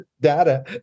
data